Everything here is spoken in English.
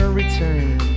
return